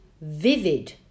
vivid